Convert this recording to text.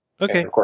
Okay